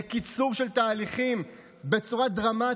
לקיצור של תהליכים בצורה דרמטית,